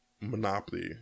Monopoly